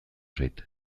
zait